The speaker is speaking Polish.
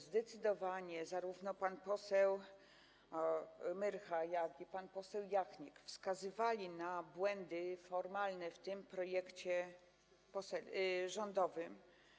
Zdecydowanie zarówno pan poseł Myrcha, jak i pan poseł Jachnik wskazywali na błędy formalne w tym projekcie rządowym.